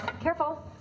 Careful